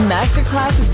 Masterclass